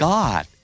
God